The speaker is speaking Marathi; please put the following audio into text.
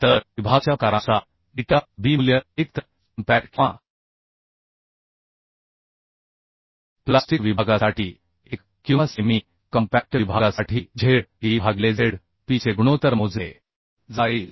तर विभागाच्या प्रकारानुसार बीटा b मूल्य एकतर कॉम्पॅक्ट किंवा प्लास्टिक विभागासाठी एक किंवा सेमी कॉम्पॅक्ट विभागासाठी Z e भागिले Z p चे गुणोत्तर मोजले जाईल